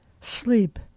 sleep